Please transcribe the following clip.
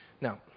Now